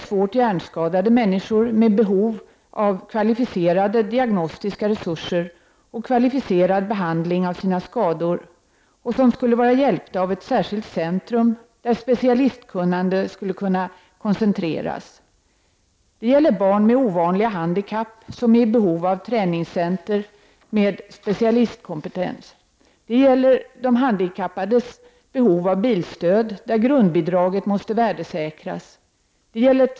— Svårt hjärnskadade människor med behov av kvälificerade diagnostiska resurser och kvalificerad behandling för sina skador och som skulle vara hjälpta av ett särskilt centrum där specialistkunnande skulle kunna koncentreras. —- Barn med ovanliga handikapp som är i behov av träningscenter där det finns specialistkompetens. — De handikappades behov av bilstöd där grundbidraget måste värdesäkras.